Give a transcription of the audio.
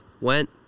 went